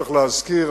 צריך להזכיר,